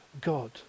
God